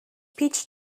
peach